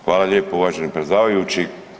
Hvala lijepo uvaženi predsjedavajući.